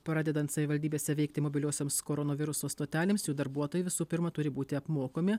pradedant savivaldybėse veikti mobiliosioms koronaviruso stotelėms jų darbuotojai visų pirma turi būti apmokomi